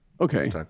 Okay